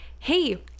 hey